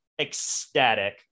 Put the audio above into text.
ecstatic